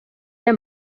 era